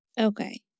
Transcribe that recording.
Okay